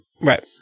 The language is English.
Right